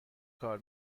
کار